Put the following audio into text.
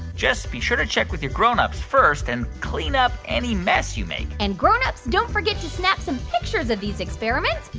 just be sure to check with your grown-ups first and clean up any mess you make and, grown-ups, don't forget to snap some pictures of these experiments.